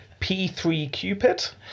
P3Cupid